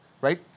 right